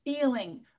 feeling